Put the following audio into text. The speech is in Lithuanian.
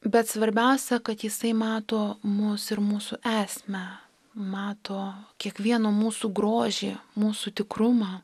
bet svarbiausia kad jisai mato mus ir mūsų esmę mato kiekvieno mūsų grožį mūsų tikrumą